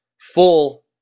full